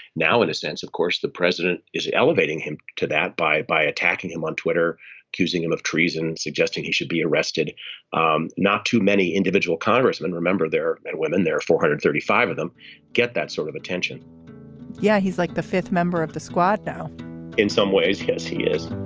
now in a sense of course the president is elevating him to that by by attacking him on twitter accusing him of treason suggesting he should be arrested um not too many individual congressmen remember their and within their four hundred and thirty five of them get that sort of attention yeah he's like the fifth member of the squad now in some ways yes he is